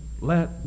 let